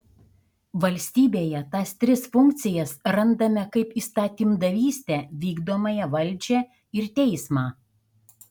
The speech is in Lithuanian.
valstybėje tas tris funkcijas randame kaip įstatymdavystę vykdomąją valdžią ir teismą